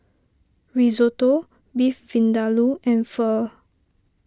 Risotto Beef Vindaloo and Pho